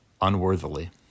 unworthily